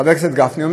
חבר הכנסת גפני,